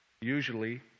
Usually